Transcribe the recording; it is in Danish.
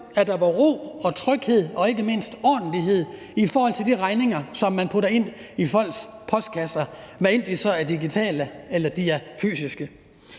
at der var ro og tryghed og ikke mindst ordentlighed i forhold til de regninger, som man putter ind i folks postkasser, hvad enten de så er digitale eller de er fysiske.